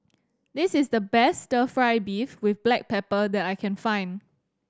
this is the best Stir Fry beef with black pepper that I can find